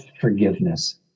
forgiveness